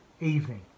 evening